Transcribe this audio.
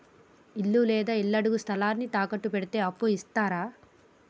ఇల్లు లేదా ఇళ్లడుగు స్థలాన్ని తాకట్టు పెడితే అప్పు ఇత్తరా?